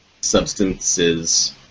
substances